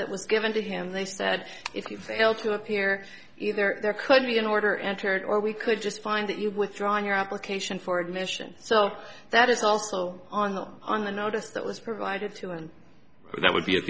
that was given to him they said if you fail to appear there could be an order entered or we could just find that you withdrawn your application for admission so that is also on on the notice that was provided to and that would be